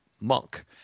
monk